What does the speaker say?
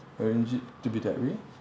arrange it to be that way